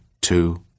two